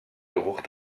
geruch